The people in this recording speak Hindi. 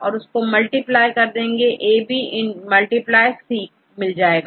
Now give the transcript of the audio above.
तो हमें ABC मिल जाएगा